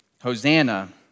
Hosanna